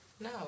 No